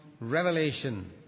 revelation